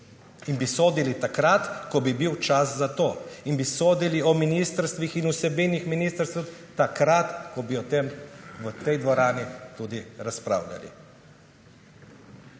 in bi sodili, takrat ko bi bil čas za to. In bi sodili o ministrstvih in o vsebini ministrstev, takrat ko bi o tem v tej dvorani tudi razpravljali.